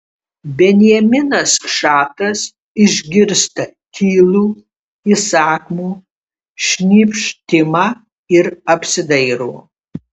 benjaminas šatas išgirsta tylų įsakmų šnypštimą ir apsidairo